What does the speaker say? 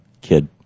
Kid